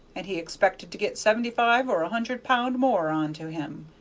and he expected to get seventy-five or a hundred pound more on to him.